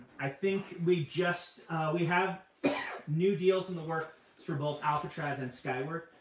i think we just we have new deals in the works for both alcatraz and skyward,